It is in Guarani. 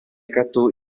katu